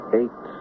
eight